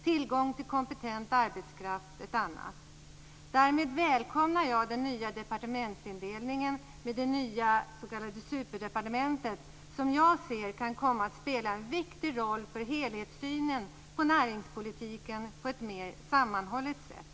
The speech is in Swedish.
Tillgång till kompetent arbetskraft är ett annat. Därmed också sagt att jag välkomnar den nya departementsindelningen med det s.k. superdepartementet som jag tror kan komma att spela ett viktig roll för helhetssynen på näringspolitiken på ett mer sammanhållet sätt.